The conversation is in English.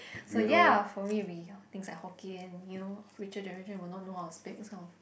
so ya for me will be things like Hokkien you know future generation will not know how to speak this kind of